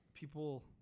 People